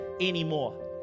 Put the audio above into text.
anymore